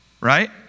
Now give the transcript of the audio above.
right